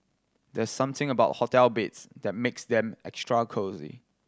there's something about hotel beds that makes them extra cosy